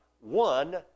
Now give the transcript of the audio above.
one